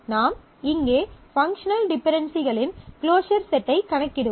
நாம் இங்கே பங்க்ஷனல் டிபென்டென்சிகளின் க்ளோஸர் செட்டை கணக்கிடுவோம்